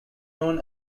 known